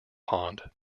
pond